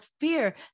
fear